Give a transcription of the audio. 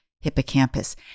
hippocampus